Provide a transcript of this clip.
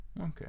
Okay